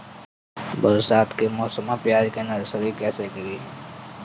बरसात के मौसम में प्याज के नर्सरी कैसे गिरी?